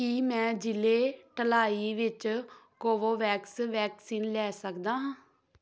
ਕੀ ਮੈਂ ਜ਼ਿਲ੍ਹੇ ਢਲਾਈ ਵਿੱਚ ਕੋਵੋਵੈਕਸ ਵੈਕਸੀਨ ਲੈ ਸਕਦਾ ਹਾਂ